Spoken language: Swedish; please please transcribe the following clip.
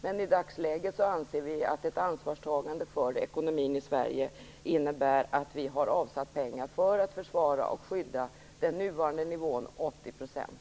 Men i dagsläget anser vi att ett ansvarstagande för ekonomin i Sverige innebär att vi avsätter pengar för att försvara och skydda den nuvarande nivån 80 %.